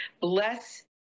Bless